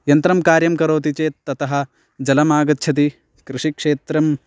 यन्त्रं कार्यं करोति चेत् ततः जलमागच्छति कृषिक्षेत्रम्